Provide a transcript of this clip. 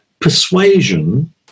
persuasion